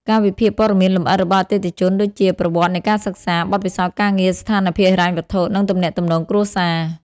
ការវិភាគព័ត៌មានលម្អិតរបស់អតិថិជនដូចជា ប្រវត្តិនៃការសិក្សា បទពិសោធន៍ការងារ ស្ថានភាពហិរញ្ញវត្ថុ និងទំនាក់ទំនងគ្រួសារ។